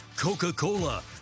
Coca-Cola